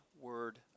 word